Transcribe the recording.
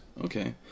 okay